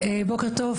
בוקר טוב,